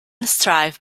strive